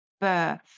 birth